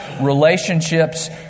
relationships